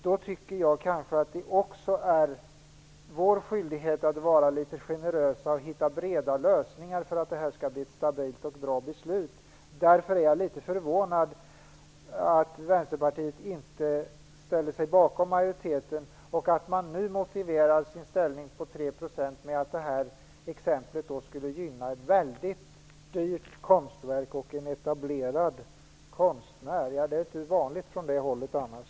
Därför tycker jag att det kanske också är vår skyldighet att vara litet generösa och hitta på breda lösningar för att detta skall bli ett stabilt och bra beslut. Jag är litet förvånad över att Vänsterpartiet inte ställer sig bakom majoriteten och att man nu motiverar sitt ställningstagande för 3 % med ett exempel som visar att det skulle gynna ett väldigt dyrt konstverk och en etablerad konstnär. Det är inte vanligt från det hållet annars.